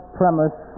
premise